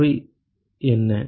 அவை என்ன